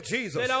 Jesus